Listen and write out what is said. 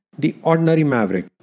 TheOrdinaryMaverick